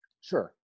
Sure